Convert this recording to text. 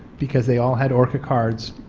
because they all had orca cards.